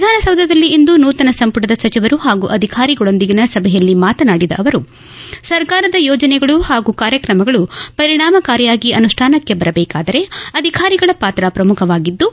ವಿಧಾನಸೌಧದಲ್ಲಿಂದು ನೂತನ ಸಂಪುಟದ ಸಚಿವರು ಪಾಗೂ ಅಧಿಕಾರಿಗಳೊಂದಿಗಿನ ಸಭೆಯಲ್ಲಿ ಮಾತನಾಡಿದ ಅವರು ಸರ್ಕಾರದ ಯೋಜನೆಗಳು ಹಾಗೂ ಕಾರ್ಯಕ್ರಮಗಳು ಪರಿಣಾಮಕಾರಿಯಾಗಿ ಅನುಷ್ಠಾನಕ್ಕೆ ಬರದೇಕಾದರೆ ಅಧಿಕಾರಿಗಳ ಪಾತ್ರ ಪ್ರಮುಖವಾಗಿದ್ದು